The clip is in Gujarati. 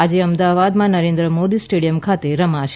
આજે અમદાવાદમાં નરેન્દ્ર મોદી સ્ટેડિયમ ખાતે રમાશે